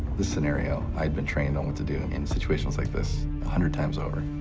this scenario. i had been trained on what to do in situations like this a hundred times over,